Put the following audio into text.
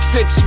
Six